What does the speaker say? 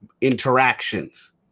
interactions